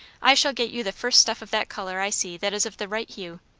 i shall get you the first stuff of that colour i see that is of the right hue.